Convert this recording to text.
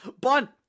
Bunt